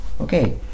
Okay